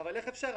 אבל איך אפשר?